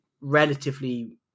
relatively